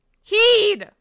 Heed